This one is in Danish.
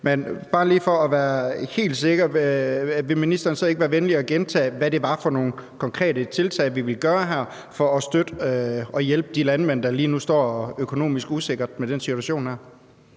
er bare lige for at være helt sikker: Vil ministeren ikke være venlig at gentage, hvad det var for nogle konkrete tiltag, vi vil tage her for at støtte og hjælpe de landmænd, der lige nu står økonomisk usikkert med den her situation?